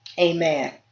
amen